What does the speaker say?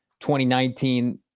2019